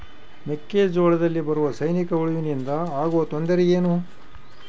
ಮೆಕ್ಕೆಜೋಳದಲ್ಲಿ ಬರುವ ಸೈನಿಕಹುಳುವಿನಿಂದ ಆಗುವ ತೊಂದರೆ ಏನು?